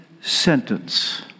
sentence